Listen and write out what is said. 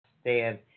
stand